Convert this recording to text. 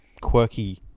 quirky